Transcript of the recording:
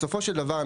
בסופו של דבר,